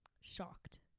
shocked